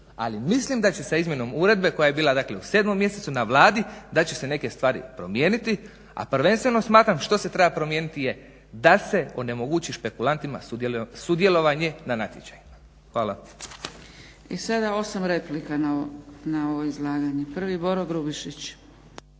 ali mislim da će izmjenom uredbe koja je bila dakle u 7. mjesecu na Vladi, da će se neke stvari promijeniti, a prvenstveno smatram što se treba promijeniti je da se onemogući špekulantima sudjelovanje na natječajima. Hvala. **Zgrebec, Dragica (SDP)** I sada 8 replika na ovo izlaganje. Prvi Boro Grubišić.